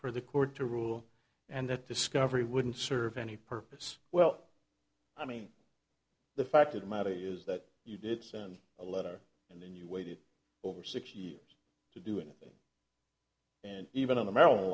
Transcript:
for the court to rule and that discovery wouldn't serve any purpose well i mean the fact of the matter is that you did send a letter and then you waited over six years to do it and even on the maryland